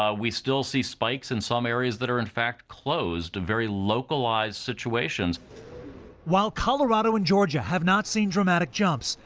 um we still see spikes in some areas that are in fact closed, very localized situations. reporter while colorado and georgia have not seen dramatic jumps,